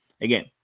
Again